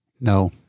No